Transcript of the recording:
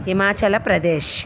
Himachal Pradesh